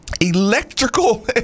electrical